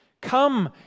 Come